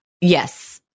Yes